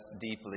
deeply